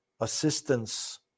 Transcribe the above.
assistance